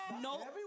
No